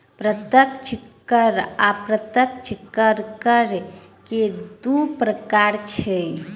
प्रत्यक्ष कर आ अप्रत्यक्ष कर, कर के दू प्रकार छै